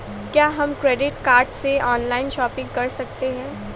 क्या हम credit card से ऑनलाइन शॉपिंग कर सकते हैं?